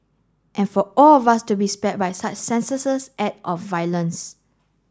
and for all of us to be spared by such senseless act of violence